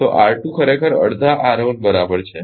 તો R2 ખરેખર અડધા R1 બરાબર છે